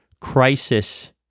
crisis